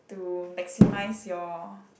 to maximize your